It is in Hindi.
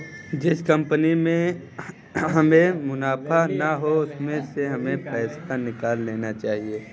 जिस कंपनी में हमें मुनाफा ना हो उसमें से हमें पैसे निकाल लेने चाहिए